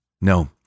No